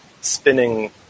spinning